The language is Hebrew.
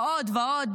ועוד ועוד,